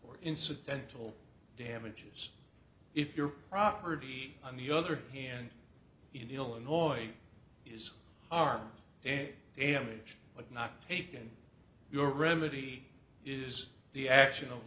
or incidental damages if your property on the other hand in illinois is armed and damage but not taken your remedy is the action of